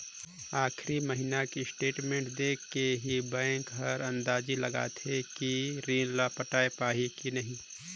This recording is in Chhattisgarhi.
आखरी महिना के स्टेटमेंट देख के ही बैंक हर अंदाजी लगाथे कि रीन ल पटाय पाही की नही